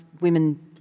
women